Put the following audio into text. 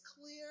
clear